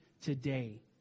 today